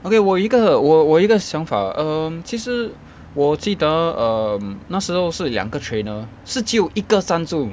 okay 我有一个我有一想法 um 其实我记得 um 那时候是两个 trainer 是只有一个站住